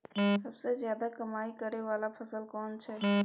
सबसे ज्यादा कमाई करै वाला फसल कोन छै?